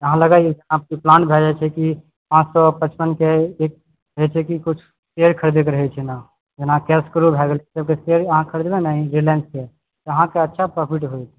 अहाँ लगइऔ प्लान भए जाइत छै कि पाँच सए पचपनके रहए छै कि किछु शेयर ख़रीदएके रहए छै जेना कैश करू भए गेल ई सबके शेयर अहाँ ख़रीदबै ने रिलायंसके तऽ अहाँके अच्छा प्रोफ़िट होएत